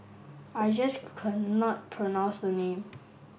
I just cannot pronounce the name